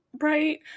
right